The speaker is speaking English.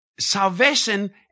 salvation